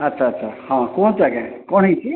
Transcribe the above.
ଆଚ୍ଛା ଆଚ୍ଛା ହଁ କୁହନ୍ତୁ ଆଜ୍ଞା କଣ ହେଇଛି